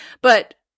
But-